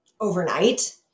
overnight